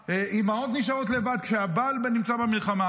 אימהות נשארות לבד כשהבעל נמצא במלחמה,